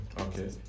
Okay